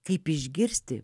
kaip išgirsti